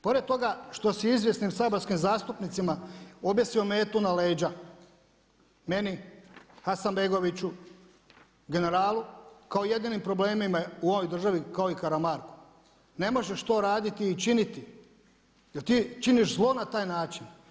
Pored toga što si izvjesnim saborskim zastupnicima objesio metu na leđa, meni, Hasanbegoviću, generalu kao jedinim problema u ovoj državi kao i Karamarku, ne možeš to raditi i činiti, jel ti činiš zlo na taj način.